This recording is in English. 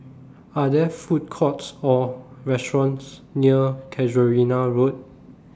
Are There Food Courts Or restaurants near Casuarina Road